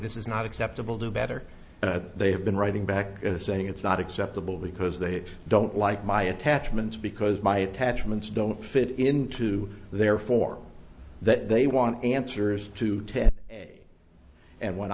this is not acceptable do better and they have been writing back saying it's not acceptable because they don't like my attachments because my attachments don't fit into therefore that they want answers to ten and when